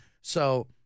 So-